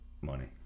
money